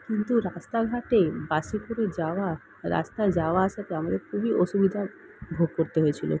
কিন্তু রাস্তাঘাটে বাসে করে যাওয়া রাস্তায় যাওয়া আসাতে আমাদের খুবই অসুবিধা ভোগ করতে হয়েছিল